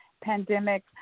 pandemic